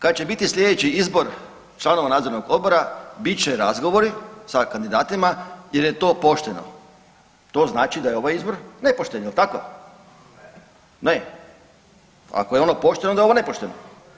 Kad će biti slijedeći izbor članova nadzornog odbora bit će razgovori sa kandidatima jer je to pošteno, to znači da je ovaj izbor nepošten, jel tako [[Upadica: Ne.]] ne, ako je ono pošteno onda je ovo nepošteno.